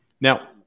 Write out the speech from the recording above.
Now